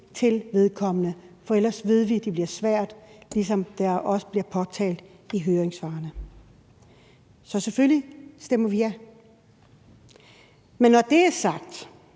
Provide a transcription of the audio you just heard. til vedkommende, for ellers ved vi, at det bliver svært, ligesom det også bliver påpeget i høringssvarene. Så selvfølgelig stemmer vi ja. Men når det er sagt,